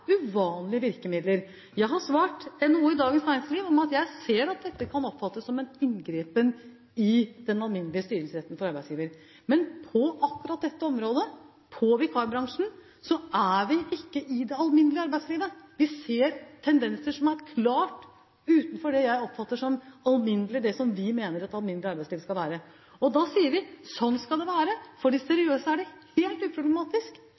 uvanlige virkemidler. Jeg har svart noe i Dagens Næringsliv om dette: Jeg ser at dette kan oppfattes som en inngripen i den alminnelige styringsretten for arbeidsgiver. Men på akkurat dette området – vikarbransjen – er vi ikke i det alminnelige arbeidslivet. Vi ser tendenser som er klart utenfor det som vi mener et alminnelig arbeidsliv skal være. Da sier vi: Sånn skal det være. For de seriøse er det helt uproblematisk.